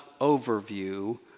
overview